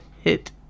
hit